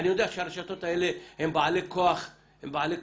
אני יודע שהרשתות האלה הם בעלי כוח אדיר,